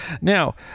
now